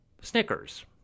Snickers